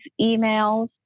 emails